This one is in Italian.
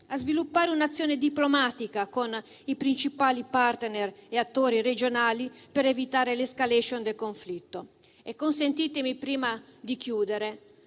a sviluppare un'azione diplomatica con i principali *partner* e attori regionali per evitare l'*escalation* del conflitto. Consentitemi, prima di concludere,